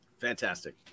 Fantastic